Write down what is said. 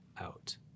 out